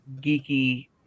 geeky